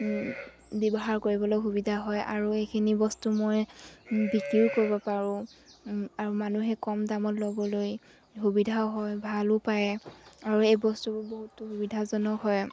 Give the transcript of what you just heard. ব্যৱহাৰ কৰিবলৈ সুবিধা হয় আৰু এইখিনি বস্তু মই বিক্ৰীও কৰিব পাৰোঁ আৰু মানুহে কম দামত ল'বলৈ সুবিধাও হয় ভালো পায় আৰু এই বস্তুবোৰ বহুতো সুবিধাজনক হয়